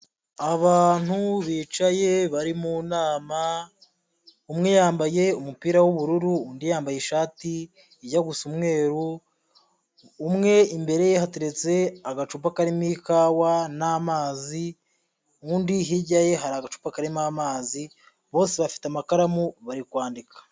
Abantu bicaye bari mu nama, umwe yambaye umupira w'ubururu undi yambaye ishati ijya gusa umweru. Umwe imbere ye hateretse agacupa karimo ikawa n'amazi undi hirya ye hari agacupa karimo amazi, bose bafite amakaramu bari kwandika.